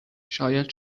شاید